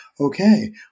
Okay